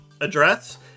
address